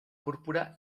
púrpura